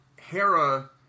Hera